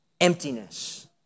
emptiness